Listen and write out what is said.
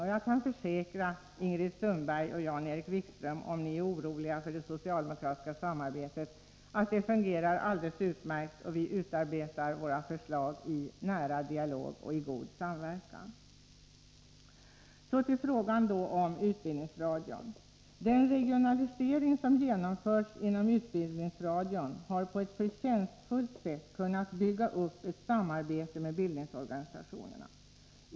Och jag kan försäkra Ingrid Sundberg och Jan-Erik Wikström — om ni är oroliga för det socialdemokratiska samarbetet — att det samarbetet fungerar alldeles utmärkt; vi utarbetar våra förslag i nära dialog och god samverkan. Den regionalisering som genomförts inom utbildningsradion har lett till att man på ett förtjänstfullt sätt kunnat bygga upp ett samarbete med bildningsorganisationerna.